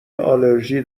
آلرژی